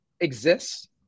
exists